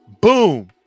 Boom